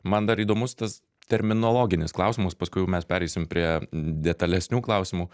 man dar įdomus tas terminologinis klausimas paskui jau mes pereisim prie detalesnių klausimų